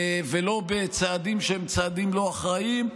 ולא בצעדים שהם צעדים לא אחראיים,